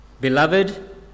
Beloved